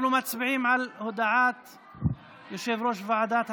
אנחנו מצביעים על הודעת יושב-ראש ועדת הכנסת.